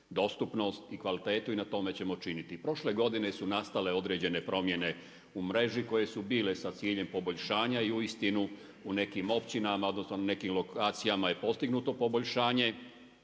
dostupnost i kvalitetu i na tome ćemo činiti. Prošle godine su nastale određene promjene u mreži, koje su bile sa ciljem poboljšanja i uistinu u nekim općinama, odnosno nekim lokacijama je postignuto poboljšanje,